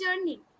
journey